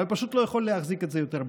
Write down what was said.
אבל פשוט אני לא יכול להחזיק את זה יותר בבטן.